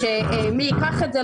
שמי ייקח את זה,